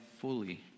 fully